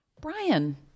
Brian